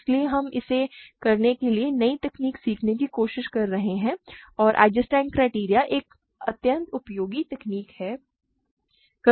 इसलिए हम इसे करने के लिए नई तकनीक सीखने की कोशिश कर रहे हैं और आइजेंस्टाइन क्राइटेरियन एक अत्यंत उपयोगी तकनीक है